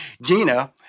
Gina